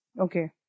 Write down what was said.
Okay